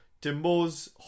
Timbo's